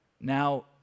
Now